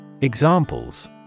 Examples